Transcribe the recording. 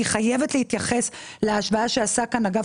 אני חייבת להתייחס להשוואה שעשה כאן אגף